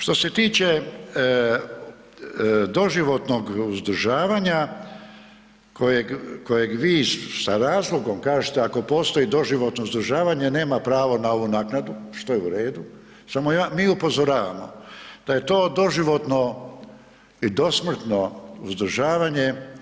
Što se tiče doživotnog uzdržavanja kojeg vi sa razlogom kažete, ako postoji doživotno izdržavanje, nema pravo na ovu naknadu, što je u redu, samo mi upozoravamo, da je to doživotno i dosmrtno uzdržavanje.